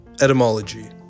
Etymology